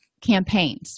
campaigns